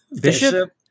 Bishop